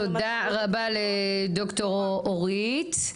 תודה רבה לד"ר אורית,